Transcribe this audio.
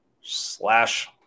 slash